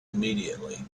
immediately